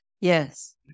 yes